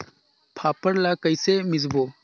फाफण ला कइसे मिसबो?